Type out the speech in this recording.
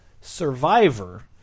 Survivor